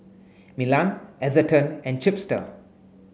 Milan Atherton and Chipster